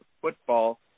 football